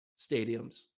stadiums